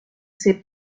ses